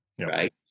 right